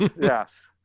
yes